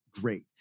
great